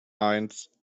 eins